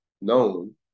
known